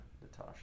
Natasha